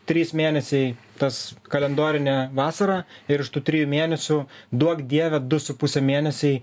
trys mėnesiai tas kalendorinė vasara ir iš tų trijų mėnesių duok dieve du su puse mėnesiai